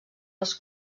els